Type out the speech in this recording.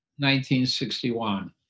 1961